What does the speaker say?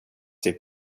ditt